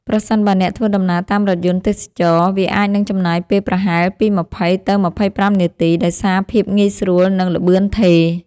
ប្រសិនបើអ្នកធ្វើដំណើរតាមរថយន្តទេសចរណ៍ វាអាចនឹងចំណាយពេលប្រហែលពី ២០ ទៅ ២៥ នាទី ដោយសារភាពងាយស្រួល និងល្បឿនថេរ។